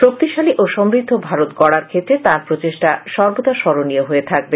শক্তিশালী ও সমৃদ্ধ ভারত গড়ার ক্ষেত্রে তাঁর প্রচেষ্টা সর্বদা স্মরণীয় হয়ে থাকবে